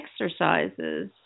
exercises